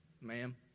ma'am